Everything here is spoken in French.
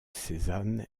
cézanne